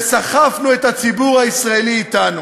וסחפנו את הציבור הישראלי אתנו,